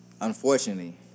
unfortunately